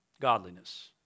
Godliness